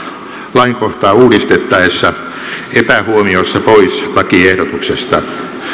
lainkohtaa uudistettaessa epähuomiossa pois lakiehdotuksesta